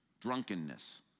Drunkenness